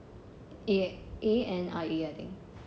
A E N I E I think